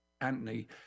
Anthony